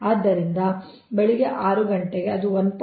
ಆದ್ದರಿಂದ ಬೆಳಿಗ್ಗೆ 6 ಗಂಟೆಗೆ ಅದು 1